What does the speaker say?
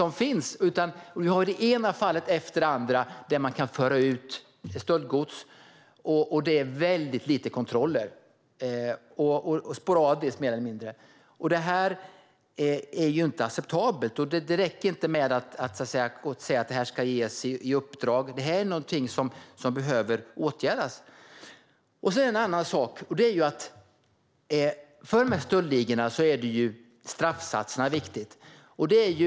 I det ena fallet efter det andra förs det ut stöldgods, och det är väldigt få kontroller, mer eller mindre sporadiska. Detta är inte acceptabelt. Det räcker inte med att ge någon ett uppdrag. Det här är någonting som behöver åtgärdas. Sedan är det en annan sak. För dessa stöldligor är straffsatserna viktigt.